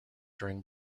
during